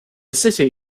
city